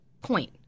point